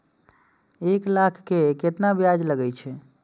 एक लाख के केतना ब्याज लगे छै?